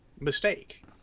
Mistake